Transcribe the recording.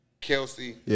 Kelsey